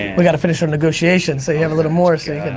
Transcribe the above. we gotta finish our negotiations so you have a little more so